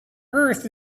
earth